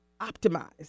optimized